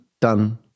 done